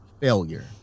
failure